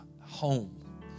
home